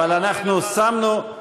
תודה לסגן שר החינוך מאיר פרוש על